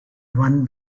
won